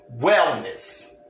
wellness